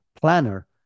planner